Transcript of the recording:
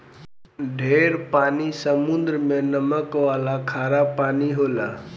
ढेर पानी समुद्र मे नमक वाला खारा पानी होला